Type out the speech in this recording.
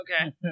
Okay